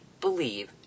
believe